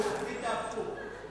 עשית הפוך.